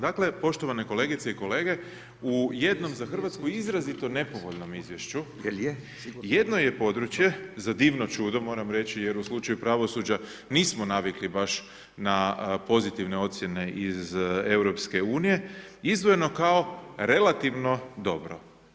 Dakle, poštovane kolegice i kolege, u jednom za Hrvatsku izrazito nepovoljnom Izvješću jedno je područje za divno čudo moram reći jer u slučaju pravosuđa nismo navikli baš na pozitivne ocjene iz Europske unije izdvojeno kao relativno dobro.